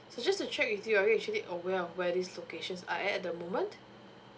so just to check with you are you actually aware of where these locations are at at the moment